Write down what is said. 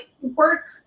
work